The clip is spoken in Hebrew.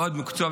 בעוד מקצועות?